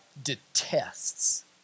Detests